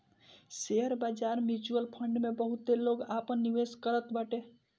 share बाजार, mutual fund में बहुते लोग आपन निवेश करत बाटे